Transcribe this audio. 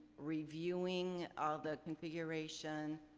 reviewing all the configuration,